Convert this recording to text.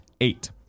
eight